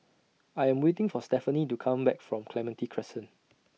I Am waiting For Stefanie to Come Back from Clementi Crescent